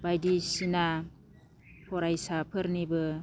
बायदिसिना फरायसाफोरनिबो